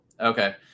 Okay